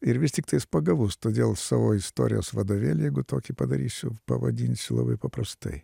ir vis tiktais pagavus todėl savo istorijos vadovėlį jeigu tokį padarysiu pavadinsiu labai paprastai